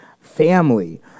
family